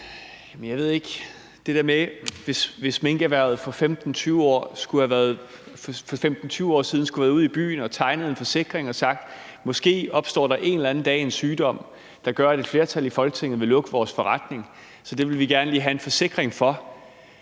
med at sige, at minkerhvervet for 15-20 år siden skulle have været ude i byen og tegnet en forsikring og sagt, at der måske en eller dag opstår en sygdom, der gør, at et flertal i Folketinget vil lukke vores forretning, så det vil vi gerne lige have en forsikring for,